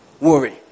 worry